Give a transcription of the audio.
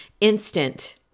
instant